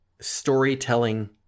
storytelling